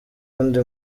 wundi